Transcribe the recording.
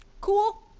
Cool